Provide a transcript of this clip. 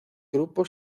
grupo